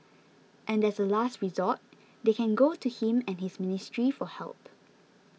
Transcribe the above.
and as a last resort they can go to him and his ministry for help